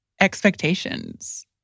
expectations